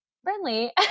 friendly